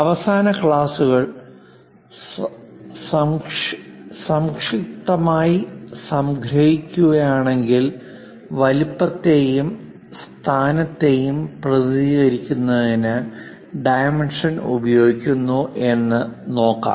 അവസാന ക്ലാസുകൾ സംക്ഷിപ്തമായി സംഗ്രഹിക്കുകയാണെങ്കിൽ വലുപ്പത്തെയും സ്ഥാനത്തെയും പ്രതിനിധീകരിക്കുന്നതിന് ഡൈമെൻഷൻ ഉപയോഗിക്കുന്നു എന്ന് നോക്കി